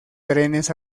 trenes